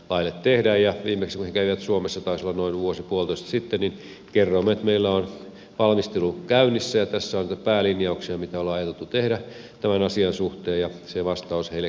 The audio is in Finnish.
viimeksi kun he kävivät suomessa taisi olla noin vuosi puolitoista sitten niin kerroimme että meillä on valmistelu käynnissä ja tässä on näitä päälinjauksia mitä on ajateltu tehdä tämän asian suhteen ja se vastaus heille kelpasi